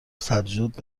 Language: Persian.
سبزیجات